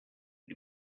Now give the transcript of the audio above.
but